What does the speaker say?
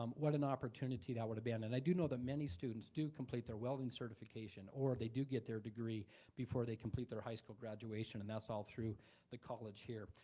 um what an opportunity that would've been. and i do know that many students do complete their welding certification, or they do get their degree before they complete their high school graduation, and that's all through the college here.